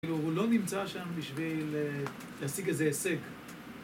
הוא לא נמצא שם בשביל להשיג איזה השג.